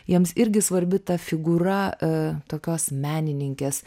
jiems irgi svarbi ta figūra tokios menininkės